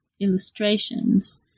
illustrations